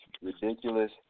ridiculous